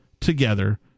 together